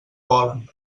volen